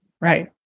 right